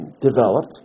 developed